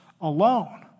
alone